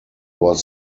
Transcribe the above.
was